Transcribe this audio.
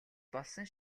болсон